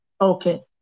Okay